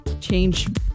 change